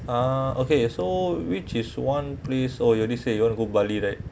ah okay so which is one place oh you already say you want to go bali right